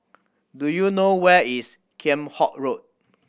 do you know where is Kheam Hock Road